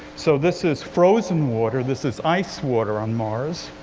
so, this is frozen water. this is ice water on mars.